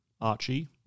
Archie